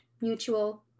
mutual